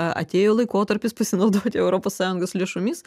atėjo laikotarpis pasinaudoti europos sąjungos lėšomis